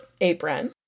apron